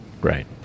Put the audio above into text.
Right